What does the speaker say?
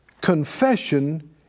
confession